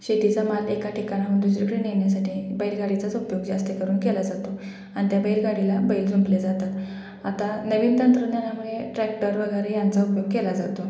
शेतीचा माल एका ठिकाणाहून दुसरीकडे नेण्यासाठी बैलगाडीचाच उपयोग जास्त करून केला जातो अन् त्या बैलगाडीला बैल जुंपले जातात आता नवीन तंत्रज्ञानामुळे ट्रॅक्टर वगैरे यांचा उपयोग केला जातो